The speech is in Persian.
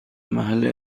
محل